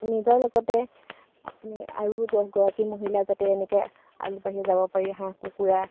নিজৰ লগতে আপুনি আৰু দহগৰাকী মহিলা যাতে এনেকৈ আগবাঢ়ি যাব পাৰি হাঁহ কুকুৰা